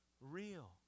real